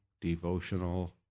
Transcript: devotional